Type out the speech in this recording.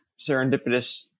serendipitous